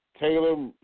Taylor